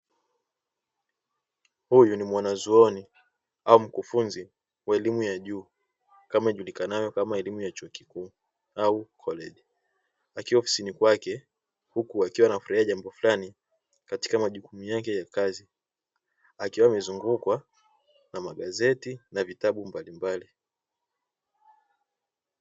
Huyu ni mwanazuoni au mkufunzi wa elimu ya juu kama ijulikanavyo kama elimu ya chuo kikuu au koleji, akiwa ofisini kwake huku akiwa anafurahia jambo fulani katika majukumu yake ya kazi akiwa amezungukwa na magazeti na vitabu mbalimbali.